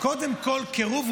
אין פה עניין